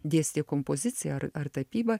dėstė kompoziciją ar ar tapybą